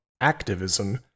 activism